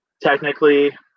technically